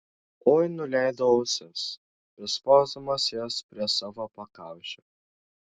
oi nuleido ausis prispausdamas jas prie savo pakaušio